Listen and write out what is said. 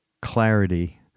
clarity